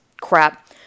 crap